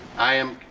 i am